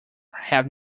have